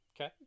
Okay